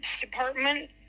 Department